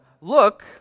look